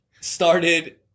started